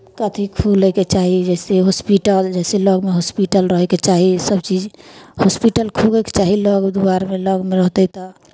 अथि खुलयके चाही जइसे हॉस्पिटल जइसे लगमे हॉस्पिटल रहयके चाही सभचीज हॉस्पिटल खुगैके चाही लग दुआरिमे लगमे रहतै तऽ